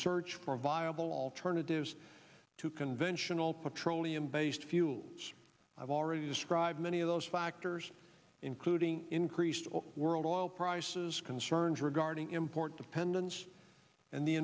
search for viable alternatives to conventional petroleum based fuels i've already described many of those factors including increased world oil prices concerns regarding import dependence and the